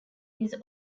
his